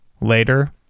later